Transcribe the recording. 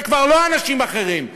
זה כבר לא אנשים אחרים,